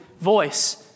voice